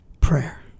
Prayer